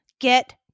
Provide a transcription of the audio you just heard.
Get